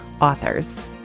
authors